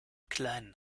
kleinen